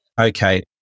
Okay